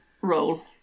role